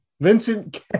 Vincent